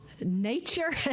nature